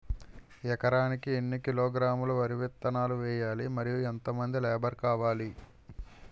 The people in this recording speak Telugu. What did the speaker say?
ఎకరానికి ఎన్ని కిలోగ్రాములు వరి విత్తనాలు వేయాలి? మరియు ఎంత మంది లేబర్ కావాలి?